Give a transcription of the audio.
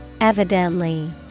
Evidently